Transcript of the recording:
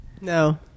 No